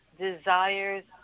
desires